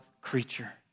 creature